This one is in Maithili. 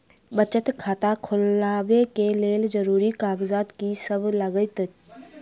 बचत खाता खोलाबै कऽ लेल जरूरी कागजात की सब लगतइ?